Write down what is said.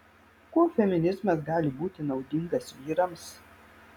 kuo feminizmas gali būti naudingas vyrams